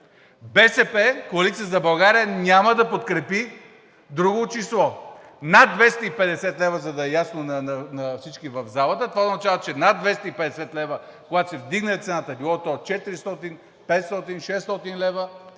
БСП – „Коалиция за България“, няма да подкрепи друго число над 250 лв., за да е ясно на всички в залата. Това означава, че над 250 лв., когато се вдигне цената, било то от 400, 500, 600 лв.,